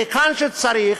היכן שצריך,